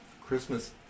Christmas